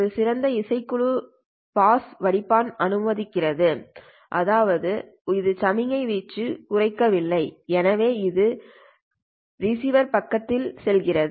ஒரு சிறந்த இசைக்குழு பாஸ் வடிப்பான் அனுமானிப்போம் அதாவது இது சமிக்ஞை வீச்சு குறைக்கவில்லை எனவே இது ரிசீவர் பகுதிக்குச் செல்கிறது